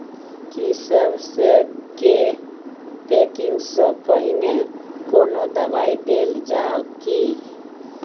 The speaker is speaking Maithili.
की सबसे के पैकिंग स पहिने कोनो दबाई देल जाव की?